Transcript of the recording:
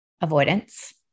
avoidance